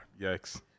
Yikes